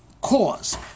cause